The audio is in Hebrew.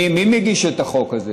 מי מגיש את החוק הזה?